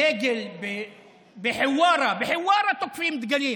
הדגל בחווארה, בחווארה תוקפים דגלים.